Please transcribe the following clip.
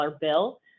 bill